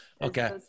Okay